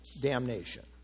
damnation